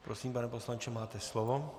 Prosím, pane poslanče, máte slovo.